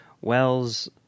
wells